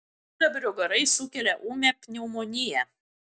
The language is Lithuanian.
gyvsidabrio garai sukelia ūmią pneumoniją